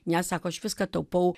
ne sako aš viską taupau